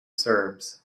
serbs